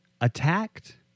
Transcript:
Attacked